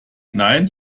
nein